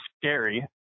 scary